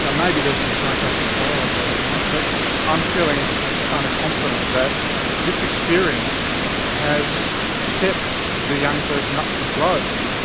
you know maybe there's some psychiatric follow up organised but i'm feeling kind of confident that this experience has set the young person up for growth.